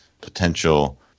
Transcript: potential